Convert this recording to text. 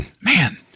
man